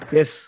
Yes